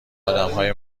آدمهای